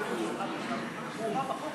חברי וחברות